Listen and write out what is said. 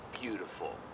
beautiful